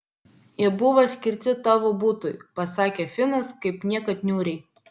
jie buvo skirti tavo butui pasakė finas kaip niekad niūriai